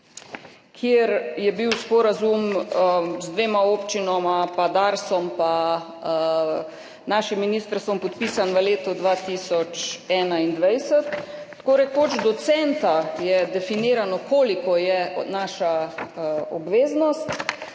kjer je bil sporazum z dvema občinama pa Darsom pa našim ministrstvom podpisan v letu 2021. Tako rekoč do centa je definirano, koliko je naša obveznost,